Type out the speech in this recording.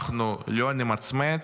אנחנו לא נמצמץ,